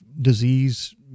disease